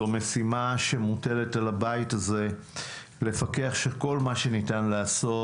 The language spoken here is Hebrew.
זו משימה שמוטלת על הבית הזה לפקח שכל מה שניתן לעשות,